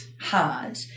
hard